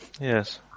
Yes